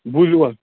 بوٗزِو حظ